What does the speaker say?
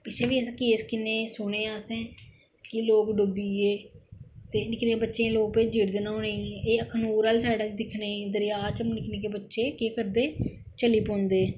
पिच्चछे बी असें केस किन्ने सुने असें कि लोक डुब्बी गे ते निक्के निक्के बच्चे लोक भेजी ओड़दे न्होने गी एह् अखनूर आहली साइड दिक्खने गी दरेआ च बी निक्के निक्के बच्चे केह् करदे चली पौंदे